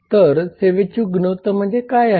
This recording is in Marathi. तर सेवेची गुणवत्ता म्हणजे काय आहे